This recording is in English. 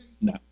No